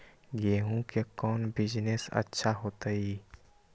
गेंहू के कौन बिजनेस अच्छा होतई?